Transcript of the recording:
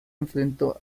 enfrentó